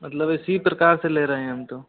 मतलब इसी प्रकार से ले रहे हैं हम तो